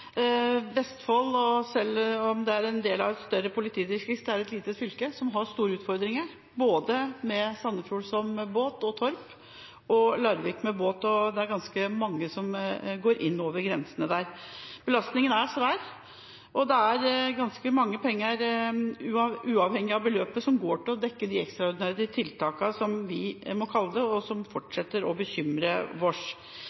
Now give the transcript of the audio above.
Vestfold er – selv om det er en del av et større politidistrikt – et lite fylke, som har store utfordringer, både med Sandefjord, som båthavn, med Torp og med Larvik, som båthavn. Det er ganske mange som kommer inn over grensene der. Belastningen er svær, og det er ganske mange penger, uavhengig av beløpet, som går til å dekke de ekstraordinære tiltakene – som vi må kalle det – og som